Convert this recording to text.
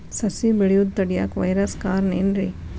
ಸಸಿ ಬೆಳೆಯುದ ತಡಿಯಾಕ ವೈರಸ್ ಕಾರಣ ಏನ್ರಿ?